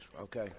Okay